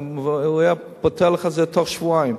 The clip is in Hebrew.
הוא היה פותר לך את זה בתוך שבועיים.